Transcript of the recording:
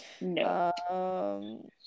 No